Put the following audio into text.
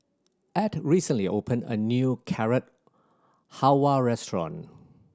Ed recently opened a new Carrot Halwa restaurant